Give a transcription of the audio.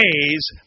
days